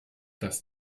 dass